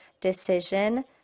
decision